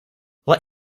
let